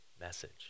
message